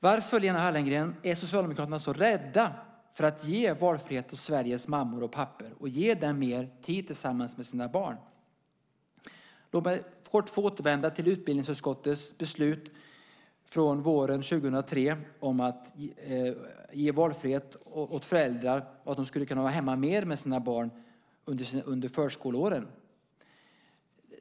Varför, Lena Hallengren, är Socialdemokraterna så rädda för att ge valfrihet åt Sveriges mammor och pappor och ge dem mer tid tillsammans med sina barn? Låt mig kort få återvända till utbildningsutskottets beslut från våren 2003 om att ge valfrihet åt föräldrar så att de skulle kunna vara hemma mer med sina barn under förskoleåren.